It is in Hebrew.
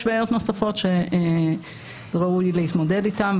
יש בעיות נוספות שראוי להתמודד איתן.